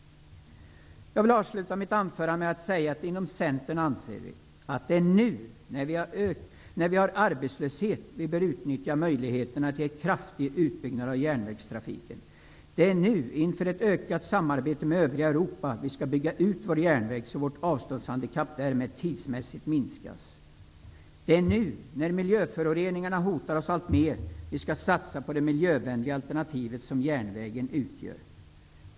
Jag vill avsluta mitt anförande med att säga att vi inom Centern anser att: Det är nu när vi har arbetslöshet som vi bör utnyttja möjligheterna till en kraftig utbyggnad av järnvägstrafiken. Det är nu inför ett ökat samarbete med övriga Europa som vi skall bygga ut vår järnväg så att vårt avståndshandikapp därmed tidsmässigt minskas. Det är nu när miljöföroreningarna hotar oss alltmer som vi skall satsa på det miljövänliga alternativ som järnvägen utgör.